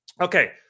Okay